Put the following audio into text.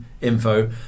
info